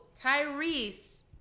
Tyrese